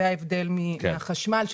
זה ההבדל מהחשמל.